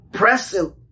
present